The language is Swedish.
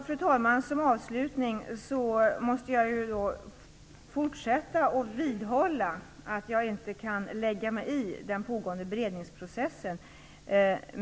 Fru talman! Som avslutning måste jag fortsätta att vidhålla att jag inte kan lägga mig i den pågående beredningsprocessen.